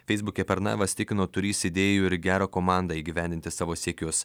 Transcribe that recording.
feisbuke pernavas tikino turintis idėjų ir gerą komandą įgyvendinti savo siekius